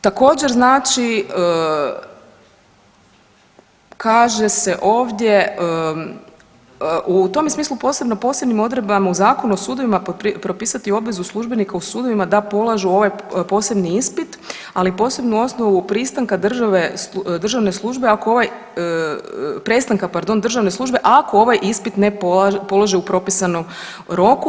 Također znači kaže se ovdje, u tome smislu posebno posebnim odredbama u Zakonu o sudovima propisati obvezu službenika u sudovima da polažu ovaj posebni ispit, ali posebnu osnovu pristanka državne službe ako ovaj, prestanka, pardon, državne službe ako ovaj ispit ne položi u propisanom roku.